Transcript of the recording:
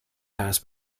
pass